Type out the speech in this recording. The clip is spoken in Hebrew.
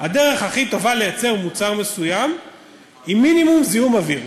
הדרך הכי טובה לייצר מוצר מסוים עם מינימום זיהום אוויר.